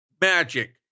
magic